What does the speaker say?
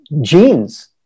genes